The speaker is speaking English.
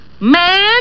man